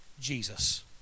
Jesus